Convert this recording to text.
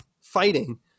fighting